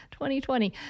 2020